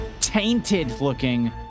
tainted-looking